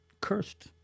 cursed